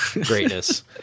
greatness